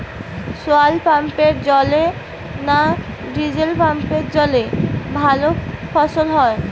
শোলার পাম্পের জলে না ডিজেল পাম্পের জলে ভালো ফসল হয়?